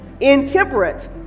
intemperate